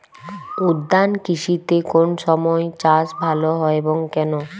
উদ্যান কৃষিতে কোন সময় চাষ ভালো হয় এবং কেনো?